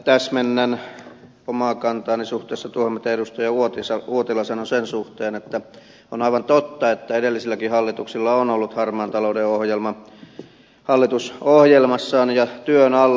täsmennän omaa kantaani suhteessa tuohon mitä edustaja uotila sanoi sen suhteen että on aivan totta että edellisilläkin hallituksilla on ollut harmaan talouden ohjelma hallitusohjelmassaan ja työn alla